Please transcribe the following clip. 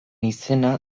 izena